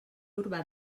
urbà